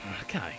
Okay